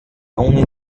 only